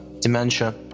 dementia